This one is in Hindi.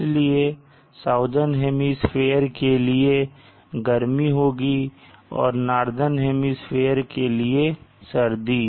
इसलिए साउदर्न हेमिस्फीयर के लिए गर्मी होगी और नॉर्दर्न हेमिस्फीयर के लिए सर्दी